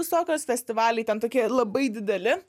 visokios festivaliai ten tokie labai dideli